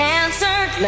answered